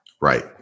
Right